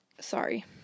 sorry